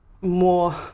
more